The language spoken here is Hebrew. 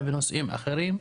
אלא בנושאים אחרים,